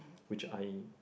which I